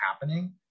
happening